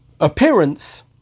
appearance